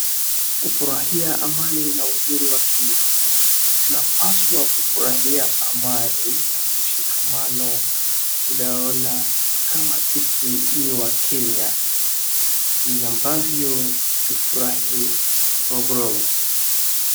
Kufurahia amani na uzuri wa Kenya. Tunapaswa kufurahia amani na mshikamano tunayoona kama sisi ni wakenya ili ambavyo tufurahie.